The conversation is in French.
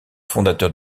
fondateur